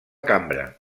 cambra